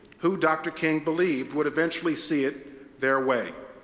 who, dr. king believed, would eventually see it their way.